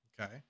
Okay